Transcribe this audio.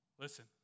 Listen